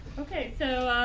okay, so,